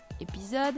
épisode